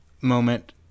moment